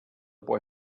boy